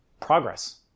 progress